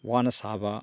ꯋꯥꯅ ꯁꯥꯕ